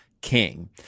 king